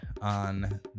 on